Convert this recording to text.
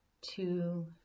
two